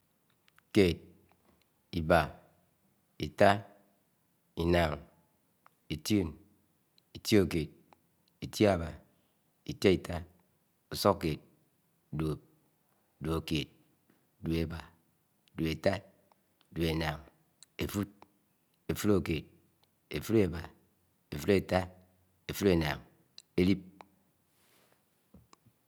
. Ƙéd. I,’bá. I. tá. I. ṉáṉ. I. tio̱ṉ. I. tioked. Itiábá. Itiái̱tá. Úsúkked. Duọp. Dúọkéd. Duọébá. Dúọétá. Dúọ éṉaṉ. Éfúd. Efúdkéd. Efúdébá. Éfúdétá. Efúd éṉaṉ. éliḅ